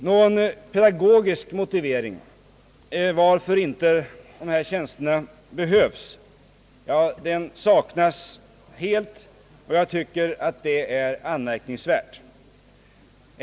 Någon pedagogisk motivering till att dessa tjänster inte behövs saknas helt, och det tycker jag är anmärkningsvärt.